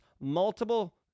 multiple